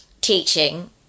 teaching